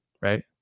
right